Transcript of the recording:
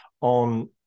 on